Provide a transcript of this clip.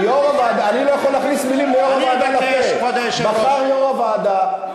אני לא יכול להכניס מילים לפה של יושב-ראש הוועדה.